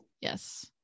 Yes